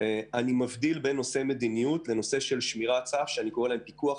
אני מבדיל בין נושא מדיניות לנושא של שמירת סף שאני קורא לו "פיקוח,